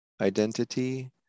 identity